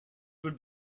would